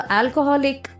alcoholic